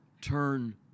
turn